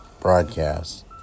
broadcast